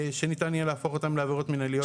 שניתן יהיה להפוך אותן לעבירות מנהליות.